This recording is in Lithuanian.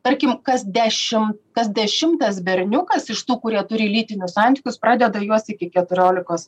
tarkim kas dešim kas dešimtas berniukas iš tų kurie turi lytinius santykius pradeda juos iki keturiolikos